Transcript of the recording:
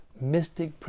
mystic